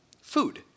Food